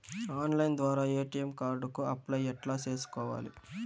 Online ద్వారా ATM card కు apply ఎట్లా సేసుకోవాలి?